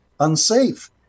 unsafe